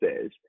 says